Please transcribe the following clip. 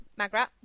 Magrat